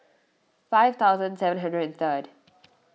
five thousand seven hundred and third